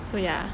so ya